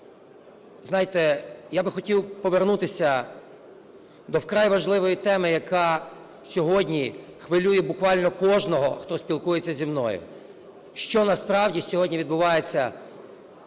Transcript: я би хотів повернутися до вкрай важливої теми, яка сьогодні хвилює буквально кожного, хто спілкується зі мною: що насправді сьогодні відбувається